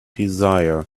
desire